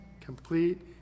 complete